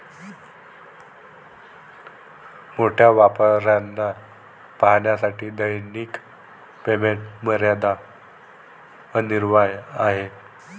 मोठ्या व्यापाऱ्यांना पाहण्यासाठी दैनिक पेमेंट मर्यादा अनिवार्य आहे